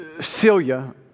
Celia